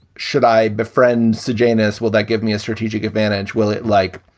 should i befriend sujan us? will that give me a strategic advantage? will it like,